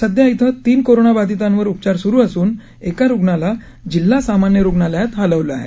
सध्या क्विं तीन कोरोनाबाधितांवर उपचार सुरू असून एका रुग्णाला जिल्हा सामान्य रुग्णालयात हलवलं आहे